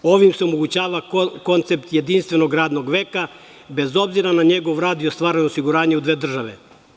Ovim se omogućava koncept jedinstvenog radnog veka, bez obzira na njegov rad i ostvarenost osiguranja u dve države.